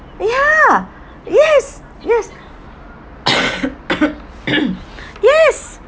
ya yes yes yes